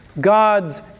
God's